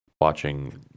watching